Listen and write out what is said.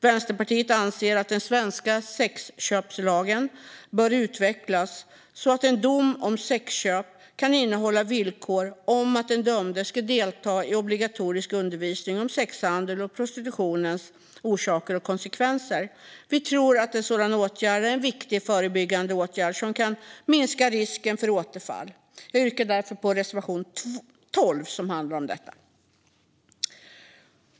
Vänsterpartiet anser att den svenska sexköpslagen bör utvecklas så att en dom om sexköp kan innehålla villkor om att den dömde ska delta i obligatorisk undervisning om sexhandelns och prostitutionens orsaker och konsekvenser. Vi tror att det är en viktig förebyggande åtgärd som kan minska risken för återfall. Jag yrkar därför bifall till reservation 12, som handlar om detta.